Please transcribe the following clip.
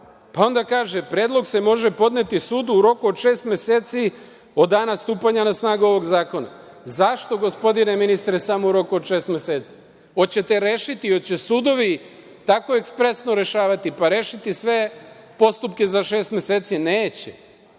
kaže: „Predlog se može podneti sudu u roku od šest meseci od dana stupanja na snagu ovog zakona“. Zašto, gospodine ministre, samo u roku od šest meseci? Hoćete li rešiti, hoće li sudovi tako ekspresno rešavati sve postupke za šest meseci? Neće.